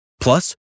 Plus